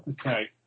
Okay